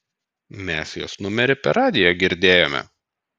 mes jos numerį per radiją girdėjome